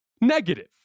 negative